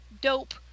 dope